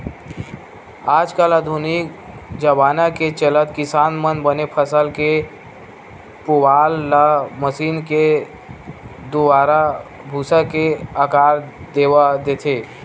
आज कल आधुनिक जबाना के चलत किसान मन बने फसल के पुवाल ल मसीन के दुवारा भूसा के आकार देवा देथे